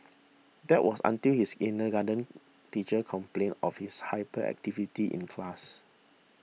that was until his kindergarten teachers complained of his hyperactivity in class